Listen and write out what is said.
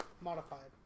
Modified